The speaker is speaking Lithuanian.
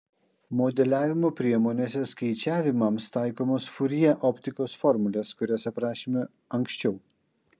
modeliavimo priemonėse skaičiavimams taikomos furjė optikos formulės kurias aprašėme anksčiau